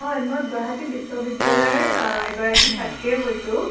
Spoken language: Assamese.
হয় মই গুৱাহাটী বিশ্ববিদ্যালয়ৰ এগৰাকী ছাত্ৰীয়ে কৈছোঁ